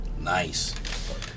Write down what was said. Nice